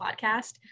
podcast